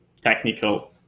technical